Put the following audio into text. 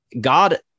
God